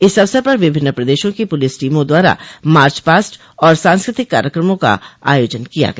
इस अवसर पर विभिन्न प्रदेशों की पुलिस टीमों द्वारा मार्च पास्ट और सांस्कृतिक कार्यक्रमों का आयोजन किया गया